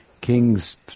kings